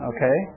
Okay